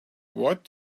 what